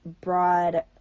broad